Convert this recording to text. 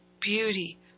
beauty